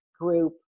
group